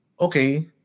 okay